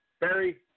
Barry